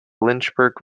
lynchburg